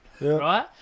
right